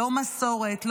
לא מסורת,